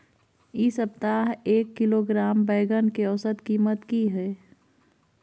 इ सप्ताह एक किलोग्राम बैंगन के औसत कीमत की हय?